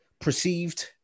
perceived